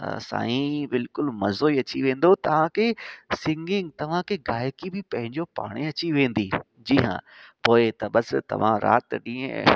त साईं बिल्कुलु मज़ो ई अची वेंदो तव्हांखे सिंगिंग तव्हांखे ॻाइकी बि पंहिंजो पाणे अची वेंदी जी हा पोइ त बसि तव्हां राति ॾींहुं